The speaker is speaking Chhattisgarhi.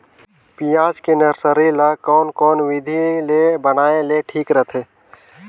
पियाज के नर्सरी ला कोन कोन विधि ले बनाय ले ठीक रथे?